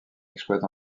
exploite